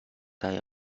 tie